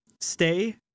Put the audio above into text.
stay